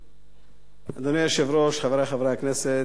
אדוני היושב-ראש, חברי חברי הכנסת, חברי השרים,